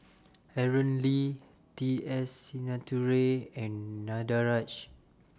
Aaron Lee T S Sinnathuray and Danaraj